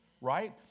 Right